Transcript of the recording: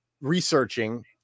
researching